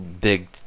big